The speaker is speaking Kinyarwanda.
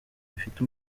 bifite